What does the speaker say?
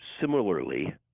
similarly